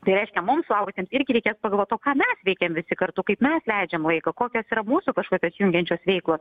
tai reiškia mums suaugusiems irgi reikės pagalvot o ką mes veikiam visi kartu kaip mes leidžiam laiką kokios yra mūsų kažkokios jungiančios veiklos